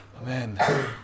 Amen